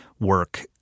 work